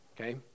okay